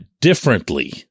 differently